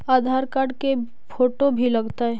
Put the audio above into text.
आधार card के photo भी लग तै?